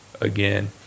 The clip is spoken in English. again